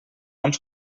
uns